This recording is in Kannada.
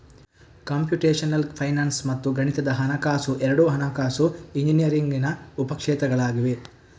ಕಂಪ್ಯೂಟೇಶನಲ್ ಫೈನಾನ್ಸ್ ಮತ್ತು ಗಣಿತದ ಹಣಕಾಸು ಎರಡೂ ಹಣಕಾಸು ಇಂಜಿನಿಯರಿಂಗಿನ ಉಪ ಕ್ಷೇತ್ರಗಳಾಗಿವೆ